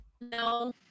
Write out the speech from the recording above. No